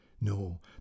no